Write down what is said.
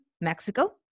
Mexico